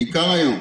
בעיקר היום.